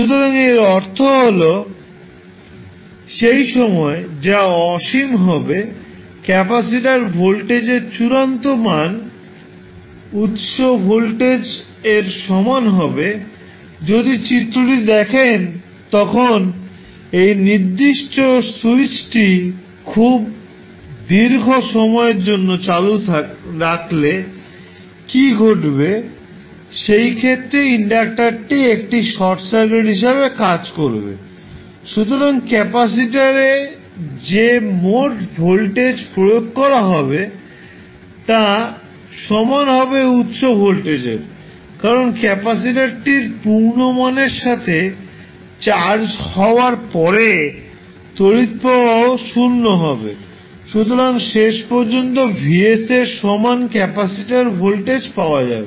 সুতরাং এর অর্থ হল সেই সময় যা অসীম হবে ক্যাপাসিটার ভোল্টেজের চূড়ান্ত মান উত্স ভোল্টেজ এর সমান হবে যদি চিত্রটি দেখেন তখন এই নির্দিষ্ট স্যুইচটি খুব দীর্ঘ সময়ের জন্য চালু রাখলে কী ঘটবে সেই ক্ষেত্রে ইন্ডাক্টারটি একটি শর্ট সার্কিট হিসাবে কাজ করবে সুতরাং ক্যাপাসিটর এ যে মোট ভোল্টেজ প্রয়োগ করা হবে তা সমান হবে উত্স ভোল্টেজের কারণ ক্যাপাসিটরটির পূর্ণমানের সাথে চার্জ হওয়ার পরে তড়িৎ প্রবাহ 0 হবে সুতরাং শেষ পর্যন্ত Vs এর সমান ক্যাপাসিটার ভোল্টেজ পাওয়া যাবে